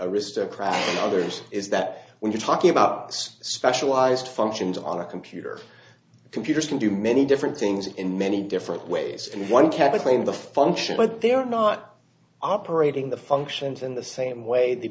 aristocrat others is that when you're talking about specialized functions on a computer computers can do many different things in many different ways and one can between the function but they're not operating the functions in the same way the